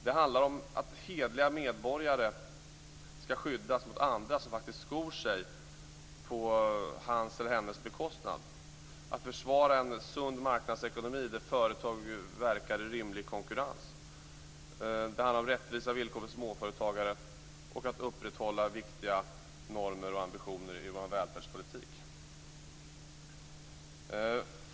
Det handlar om att hederliga medborgare skall skyddas mot att andra skor sig på deras bekostnad, att försvara en sund marknadsekonomi där företag verkar i en rimlig konkurrens. Det handlar om rättvisa villkor för småföretagare och att upprätthålla viktiga normer och ambitioner i vår välfärdspolitik.